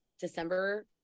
December